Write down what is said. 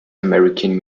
american